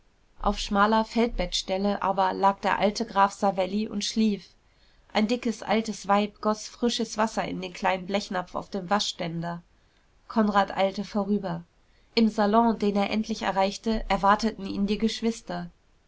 auf schmaler feldbettstelle aber lag der alte graf savelli und schlief ein dickes altes weib goß frisches wasser in den kleinen blechnapf auf dem waschständer konrad eilte vorüber im salon den er endlich erreichte erwarteten ihn die geschwister